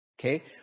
Okay